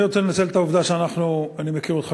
אני רוצה לנצל את העובדה שאני מכיר אותך